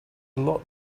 lot